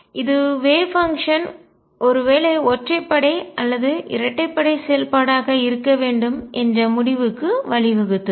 இது wave function அலை செயல்பாடு ஒருவேளை ஒற்றைப்படை அல்லது இரட்டைப்படை செயல்பாடாக இருக்க வேண்டும் என்ற முடிவுக்கு வழிவகுத்தது